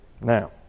Now